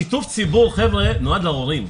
שיתוף הציבור נועד להורים.